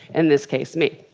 in this case, me.